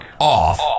off